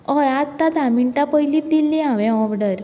हय आत्तां धा मिनटां पयली दिल्ली हांवें ओर्डर